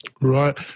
Right